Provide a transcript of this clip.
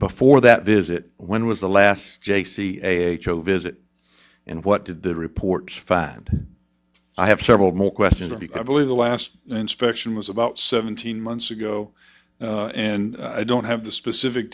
before that visit when was the last j c show visit and what did the reports found i have several more questions on the i believe the last inspection was about seventeen months ago and i don't have the specific